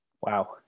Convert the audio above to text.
Wow